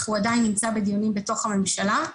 אך הוא עדיין נמצא בדיונים בתוך הממשלה.